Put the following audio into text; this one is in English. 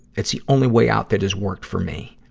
it's the only way out that has worked for me.